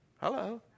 Hello